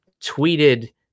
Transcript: tweeted